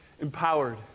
empowered